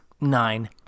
nine